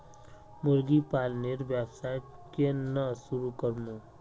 मुर्गी पालनेर व्यवसाय केन न शुरु करमु